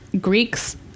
greeks